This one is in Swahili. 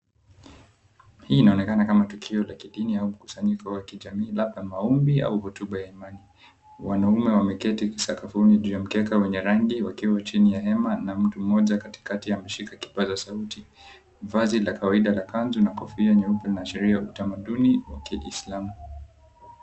Hii inaonakana kama tukio la kidini au mkusanyiko wa kijamii labda maombi au hotuba ya imani. Wanaume wameketi sakafuni juu ya mkeka wenye rangi wakiwa chini ya hema na mtu mmoja katikati ameshika kipazasauti. Vazi la kawaida la kanzu na kofia nyeupe inaashiria utamaduni wa kislamu.